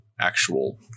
actual